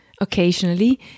occasionally